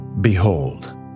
Behold